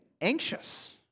anxious